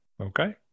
Okay